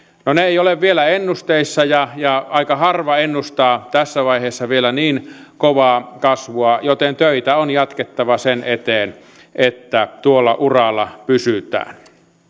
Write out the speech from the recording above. no ne eivät ole vielä ennusteissa ja ja aika harva ennustaa tässä vaiheessa vielä niin kovaa kasvua joten töitä on jatkettava sen eteen että tuolla uralla pysytään